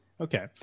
okay